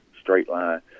straight-line